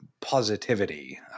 positivity